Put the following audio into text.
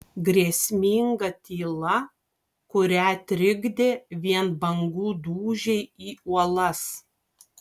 grėsminga tyla kurią trikdė vien bangų dūžiai į uolas